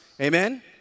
Amen